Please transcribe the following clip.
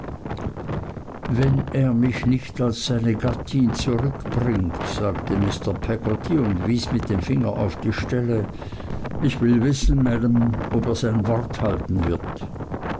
wenn er mich nicht als seine gattin zurückbringt sagte mr peggotty und wies mit dem finger auf die stelle ich will wissen maam ob er sein wort halten wird